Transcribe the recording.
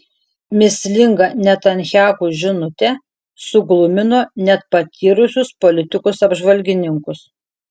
mįslinga netanyahu žinutė suglumino net patyrusius politikos apžvalgininkus